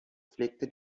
pflegte